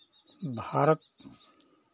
Bharat